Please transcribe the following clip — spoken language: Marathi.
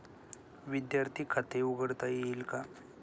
विद्यार्थी खाते उघडता येईल का?